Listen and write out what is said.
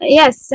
yes